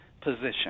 Position